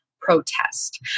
protest